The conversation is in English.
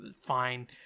fine